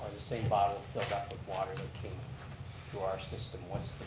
the same bottle filled up with water came through our system, what's